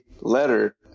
letter